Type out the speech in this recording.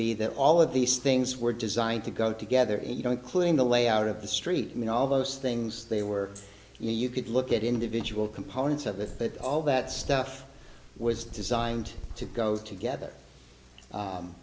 be that all of these things were designed to go together and you don't cling the layout of the street you know all those things they were you could look at individual components of it but all that stuff was designed to go together